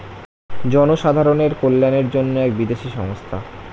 জনসাধারণের কল্যাণের জন্য এক বিদেশি সংস্থা